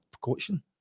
coaching